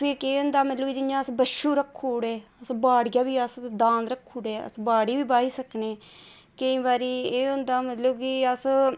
ते भी केह् होंदा कि जियां अस बच्छु रक्खी ओड़े अस बाड़िया बी अस दांद रक्खी ओड़े अस बाड़ी बी बाही सकने केईं बारी एह् होंदा मतलब कि अस